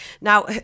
Now